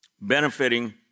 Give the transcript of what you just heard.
benefiting